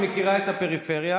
היא מכירה את הפריפריה,